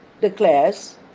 Declares